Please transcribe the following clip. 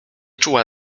czuła